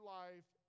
life